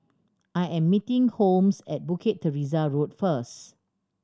I am meeting Holmes at Bukit Teresa Road first